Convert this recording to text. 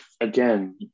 again